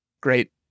great